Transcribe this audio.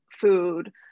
food